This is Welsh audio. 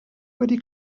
wedi